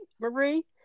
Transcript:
Marie